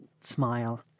smile